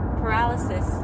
paralysis